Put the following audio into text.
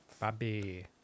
Bobby